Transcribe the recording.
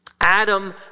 Adam